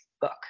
book